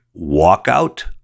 walkout